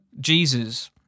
Jesus